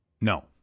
No